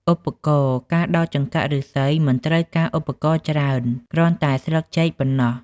ឧបករណ៍ការដោតចង្កាក់ឫស្សីមិនត្រូវការឧបករណ៍ច្រើន គ្រាន់តែស្លឹកចេកប៉ុណ្ណោះ។